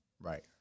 Right